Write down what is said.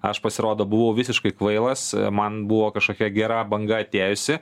aš pasirodo buvau visiškai kvailas man buvo kažkokia gera banga atėjusi